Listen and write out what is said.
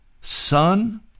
son